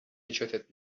نجاتت